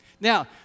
Now